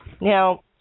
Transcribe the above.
Now